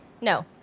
no